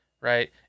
right